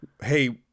Hey